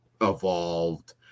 evolved